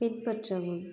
பின்பற்றவும்